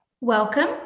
Welcome